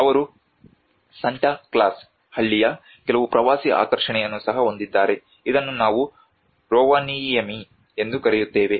ಅವರು ಸಾಂತಾಕ್ಲಾಸ್ ಹಳ್ಳಿಯ ಕೆಲವು ಪ್ರವಾಸಿ ಆಕರ್ಷಣೆಯನ್ನು ಸಹ ಹೊಂದಿದ್ದಾರೆ ಇದನ್ನು ನಾವು ರೋವಾನಿಯೆಮಿ ಎಂದು ಕರೆಯುತ್ತೇವೆ